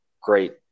great